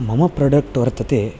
मम प्रोडक्ट् वर्तते